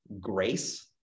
Grace